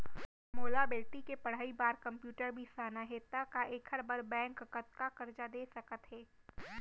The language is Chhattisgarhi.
मोला बेटी के पढ़ई बार कम्प्यूटर बिसाना हे त का एखर बर बैंक कतका करजा दे सकत हे?